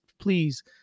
please